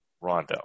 Rondo